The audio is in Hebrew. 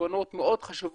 תובנות מאוד חשובות,